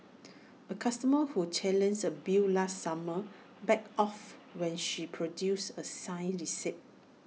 A customer who challenged A bill last summer backed off when she produced A signed receipt